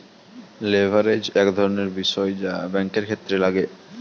leverage এক ধরনের বিষয় যা ব্যাঙ্কের ক্ষেত্রে লাগে